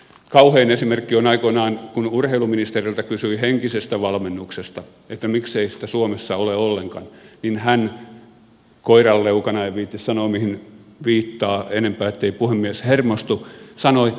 kauhein esimerkki oli aikoinaan kun urheiluministeriltä kysyi henkisestä valmennuksesta että miksei sitä suomessa ole ollenkaan niin hän koiranleukana en viitsi sanoa mihin viittaan enempää ettei puhemies hermostu sanoi